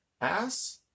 ass